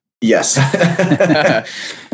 Yes